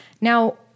Now